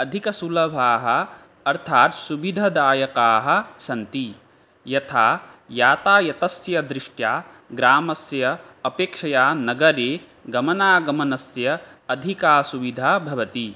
अधिकसुलभाः अर्थात् सुविधादायकाः सन्ति यथा यातायातस्यदृष्ट्या ग्रामस्य अपेक्षया नगरे गमनागमनस्य अधिका सुविधा भवति